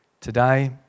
Today